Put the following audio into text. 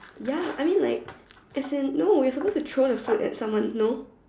ya I mean like as in no you're suppose to throw the fruit at someone no